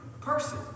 person